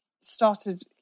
started